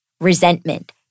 resentment